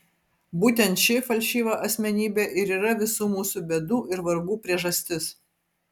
būtent ši falšyva asmenybė ir yra visų mūsų bėdų ir vargų priežastis